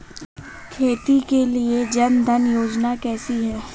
खेती के लिए जन धन योजना कैसी है?